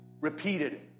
repeated